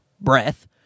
breath